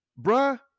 bruh